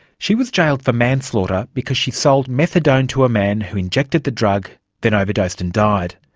she was jailed for manslaughter because she sold methadone to a man who injected the drug then overdosed and died,